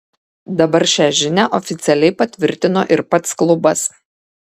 dabar šią žinią oficialiai patvirtino ir pats klubas